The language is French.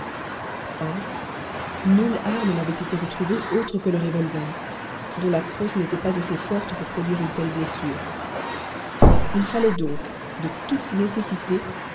nulle arme n'avait été retrouvée autre que le revolver dont la crosse n'était pas assez forte pour produire une telle blessure il fallait donc de toute nécessité